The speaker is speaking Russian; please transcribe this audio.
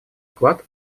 вклад